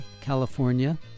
California